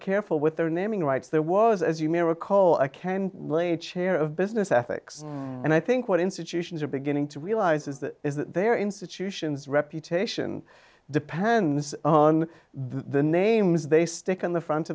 careful with their naming rights there was as you may recall a ken lay chair of business ethics and i think what institutions are beginning to realise is that their institutions reputation depends on the names they stick on the front